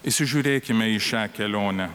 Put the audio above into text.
įsižiūrėkime į šią kelionę